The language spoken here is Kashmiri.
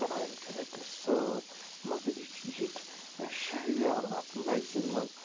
کَران چھِ اَتہِ سٲل مگر یہِ چھُ یِتھۍ شہجار اَتھ میگزیٖن منٛز